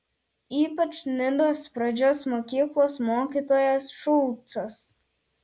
ypač nidos pradžios mokyklos mokytojas šulcas